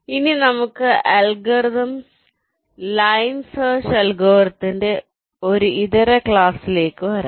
ഇനി നമുക്ക് algorithms line search അൽഗോരിതത്തിന്റെ ഒരു ഇതര ക്ലാസിലേക്ക് വരാം